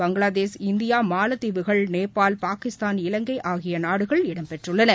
Bangladesh India மாலத்தீவுகள் நேபாள் பாகிஸதான் இலங்கை ஆகிய நாடுகள் இடம்பெற்றுள்ளன